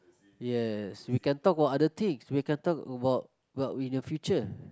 yes we can talk about other things we can talk about what we in the future